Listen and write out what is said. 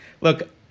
Look